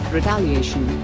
Retaliation